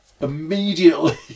immediately